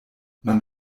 man